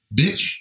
Bitch